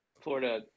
Florida